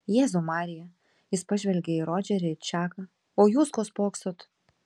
jėzau marija jis pažvelgė į rodžerį ir čaką o jūs ko spoksot